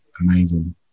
Amazing